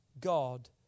God